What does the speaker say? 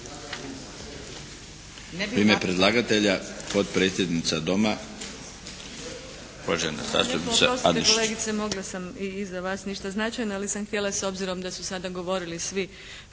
U ime predlagatelja potpredsjednica Doma,